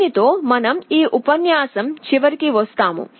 దీనితో మనం ఈ ఉపన్యాసం చివరికి వస్తాము